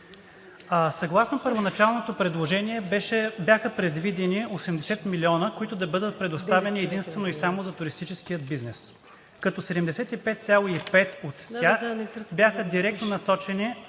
Съгласно първоначалното предложение бяха предвидени 80 милиона, които да бъдат предоставени единствено и само за туристическия бизнес, като 75,5 от тях бяха директно насочени